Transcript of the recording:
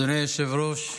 אדוני היושב-ראש,